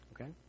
Okay